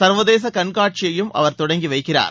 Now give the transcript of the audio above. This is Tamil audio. சா்வதேச கண்காட்சியையும் அவர் தொடங்கிவைக்கிறார்